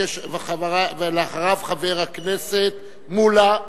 ואחריו, חבר הכנסת מולה.